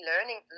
learning